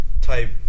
Type